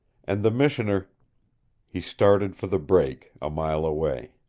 and the missioner he started for the break, a mile away.